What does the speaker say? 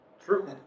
True